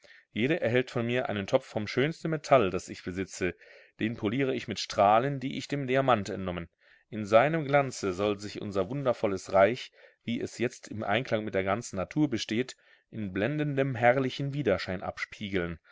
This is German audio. jede erhält von mir einen topf vom schönsten metall das ich besitze den poliere ich mit strahlen die ich dem diamant entnommen in seinem glanze soll sich unser wundervolles reich wie es jetzt im einklang mit der ganzen natur besteht in blendendem herrlichen widerschein abspiegeln